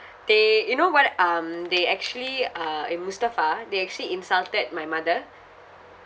they you know what um they actually uh in Mustafa they actually insulted my mother